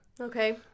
Okay